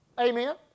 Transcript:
Amen